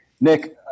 Nick